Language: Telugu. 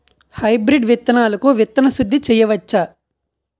హైబ్రిడ్ విత్తనాలకు విత్తన శుద్ది చేయవచ్చ?